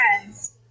friends